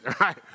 right